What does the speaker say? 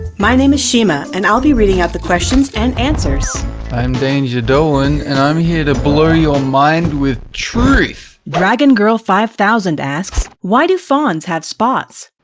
my name is shima, and i'll be reading out the questions and answers i'm danger dolan and i'm here to blow your mind with truth ten dragon girl five thousand asks, why do fawns have spots,